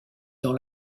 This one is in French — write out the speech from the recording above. dans